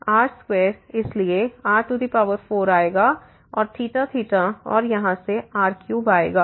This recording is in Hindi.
तो यह r2इसलिए r4 आएगा और और यहाँ से r3 आएगा